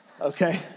Okay